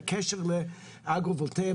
בקשר לאגרו-וולטאי,